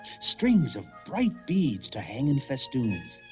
strings of bright beads to hang in festoons.